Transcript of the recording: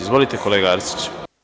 Izvolite, kolega Arsiću.